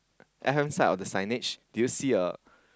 left hand side of the signage do you see a